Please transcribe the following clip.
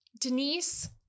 Denise